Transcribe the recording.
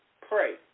pray